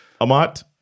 Amat